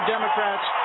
Democrats